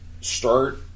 start